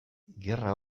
gerra